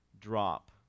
drop